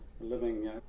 living